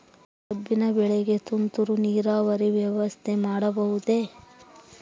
ಕಬ್ಬಿನ ಬೆಳೆಗೆ ತುಂತುರು ನೇರಾವರಿ ವ್ಯವಸ್ಥೆ ಮಾಡಬಹುದೇ?